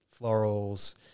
florals